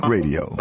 Radio